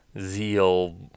Zeal